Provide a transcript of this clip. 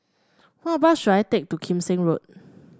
what bus should I take to Kim Seng Road